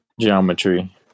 Geometry